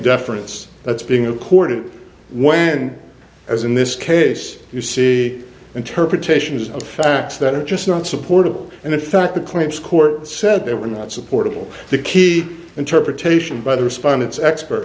deference that's being accorded when as in this case you see interpretations of facts that are just not supportable and in fact the claims court said they were not supportable the key interpretation by the respondents expert